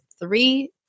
three